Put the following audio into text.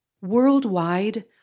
Worldwide